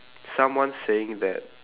someone saying that